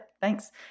thanks